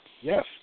Yes